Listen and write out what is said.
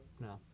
No